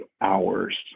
hours